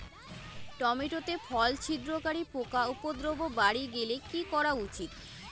Tomato তে ফল ছিদ্রকারী পোকা উপদ্রব বাড়ি গেলে কি করা উচিৎ?